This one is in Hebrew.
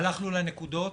הלכנו לנקודות